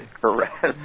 correct